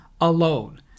alone